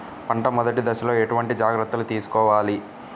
పంట మెదటి దశలో ఎటువంటి జాగ్రత్తలు తీసుకోవాలి?